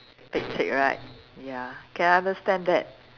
pek cek right ya can understand that